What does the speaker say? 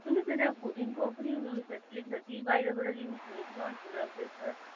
सुन्नुहोस् न त्यहाँ फुडिङको पनि फेसिलिटी छ कि बाहिरबाट लिनुपर्ने हो कि लन्चहरू अब ब्रेकफास्ट